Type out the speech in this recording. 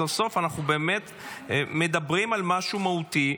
סוף סוף אנחנו באמת מדברים על משהו מהותי,